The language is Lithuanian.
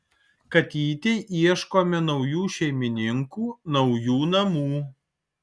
katytei ieškome naujų šeimininkų naujų namų